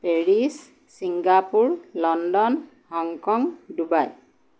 Paris Singapore London Hong Kong Dubai